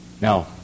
now